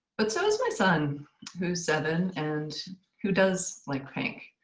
but so is my son who's seven and who does like pink.